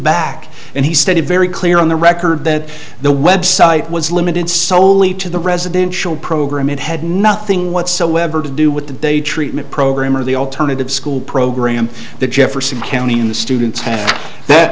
back and he stated very clear on the record that the website was limited solely to the residential program it had nothing whatsoever to do with the day treatment program or the alternative school program the jefferson county in the students